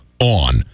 on